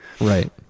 Right